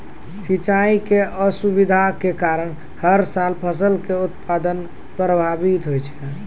सिंचाई के असुविधा के कारण हर साल फसल के उत्पादन प्रभावित होय छै